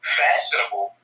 fashionable